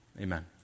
Amen